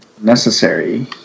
Necessary